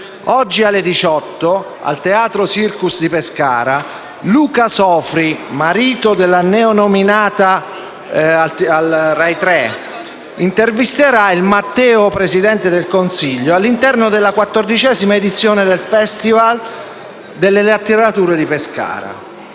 oggi alle 18, al teatro Circus di Pescara, Luca Sofri (marito della neonominata a RAI 3) intervisterà il Matteo, Presidente del Consiglio, all'interno della XIV edizione del Festival delle letterature di Pescara.